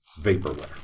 vaporware